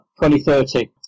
2030